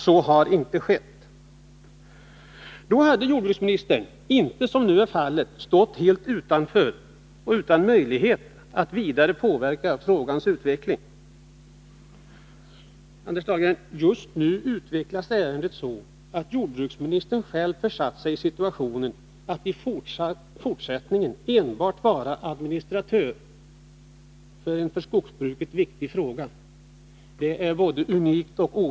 Så har inte skett, Då hade jordbruksministern inte som nu är fallet stått helt utanför och utan möjlighet att vidare påverka frågans utveckling. 109 Jordbruksministern har nu själv försatt sig i den situationen att han i fortsättningen får vara enbart administratör för en för skogsbruket viktig fråga. Det är unikt.